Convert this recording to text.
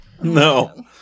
No